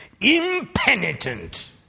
impenitent